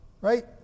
right